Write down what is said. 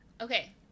Okay